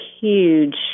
huge